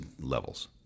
levels